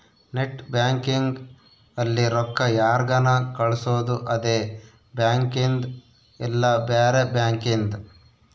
net banking ಅಲ್ಲಿ ರೊಕ್ಕ ಯಾರ್ಗನ ಕಳ್ಸೊದು ಅದೆ ಬ್ಯಾಂಕಿಂದ್ ಇಲ್ಲ ಬ್ಯಾರೆ ಬ್ಯಾಂಕಿಂದ್